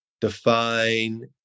define